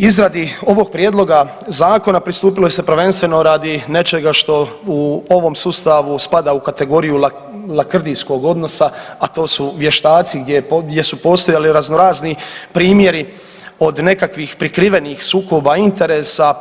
Izradi ovog prijedloga zakona pristupilo se prvenstveno radi nečega što u ovom sustavu spada u kategoriju lakrdijskog odnosa, a to su vještaci gdje su postojali razno razni primjeri od nekakvih prikrivenih sukoba interesa,